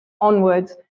onwards